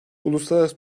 uluslararası